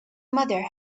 mother